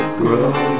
grow